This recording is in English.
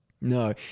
no